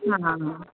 आं हां हां